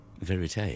verite